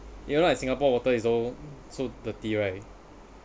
you know like singapore water is all so dirty right